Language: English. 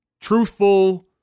truthful